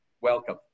welcome